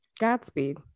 godspeed